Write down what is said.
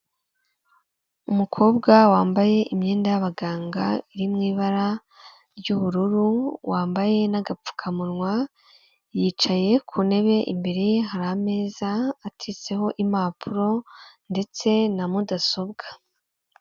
Umukobwa wambaye imyenda y'abaganga, iri mu ibara ry'ubururu, wambaye n'agapfukamunwa, yicaye ku ntebe, imbere ye hari ameza ateretseho impapuro ndetse na mudasobwa.